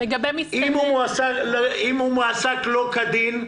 אם הוא מועסק שלא כדין,